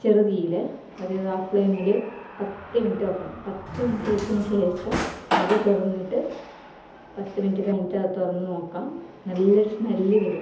ചെറു തീയില് ഒരു ഹാഫ് ഫ്ളൈമില് പത്ത് മിനിറ്റ് വെക്കണം പത്ത് മിനിറ്റ് വെച്ചതിന് ശേഷം അത് തുറന്നിട്ട് പത്ത് മിനിറ്റ് കഴിഞ്ഞിട്ട് അത് തുറന്ന് നോക്കുക നല്ലൊരു സ്മെല്ല് വരും